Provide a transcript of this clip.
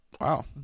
Wow